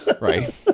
Right